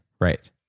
Right